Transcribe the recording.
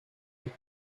tout